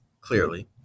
clearly